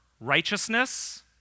righteousness